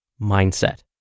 mindset